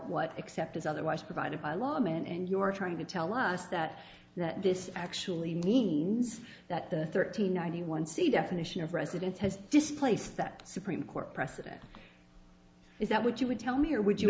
what except as otherwise provided by law and you are trying to tell us that that this actually means that the thirteen ninety one c definition of residence has displaced that supreme court precedent is that what you would tell me here would you